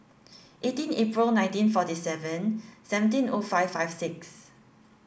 eighteen April nineteen forty seven seventeen O five five six